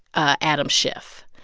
ah adam schiff.